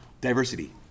diversity